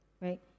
right